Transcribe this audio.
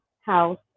house